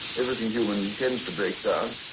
everything human tends to break down.